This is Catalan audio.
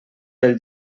pel